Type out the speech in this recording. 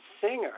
singer